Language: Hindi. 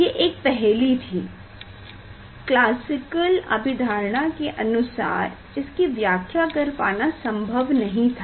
ये एक पहेली थी क्लासिकल अभिधारणा के अनुसार इसकी व्यख्या कर पाना संभव नहीं था